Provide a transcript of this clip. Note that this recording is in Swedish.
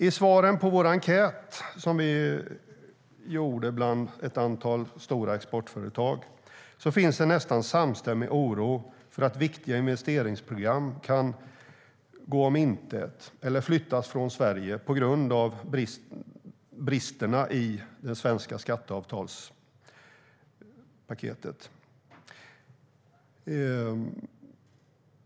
I svaren på enkäten som vi gjorde bland ett antal stora exportföretag finns det en nästan samstämmig oro för att viktiga investeringsprogram ska gå om intet eller flyttas från Sverige på grund av bristerna i det svenska skatteavtalspaketet.